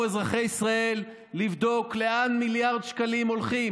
אזרחי ישראל לבדוק לאן מיליארד שקלים עוברים.